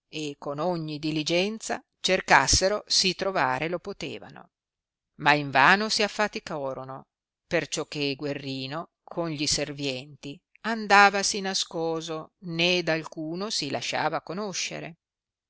e con ogni diligenza cercassero si trovare lo potevano ma invano si affaticorono perciò che guerrino con gli serventi andavasi nascoso né d alcuno si lasciava conoscere